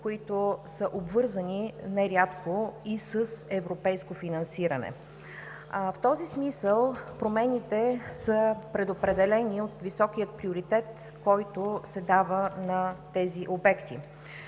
нерядко са обвързани и с европейско финансиране. В този смисъл промените са предопределени от високия приоритет, който се дава на тези обекти,